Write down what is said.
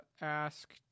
ask